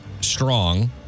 Strong